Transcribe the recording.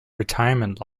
retirement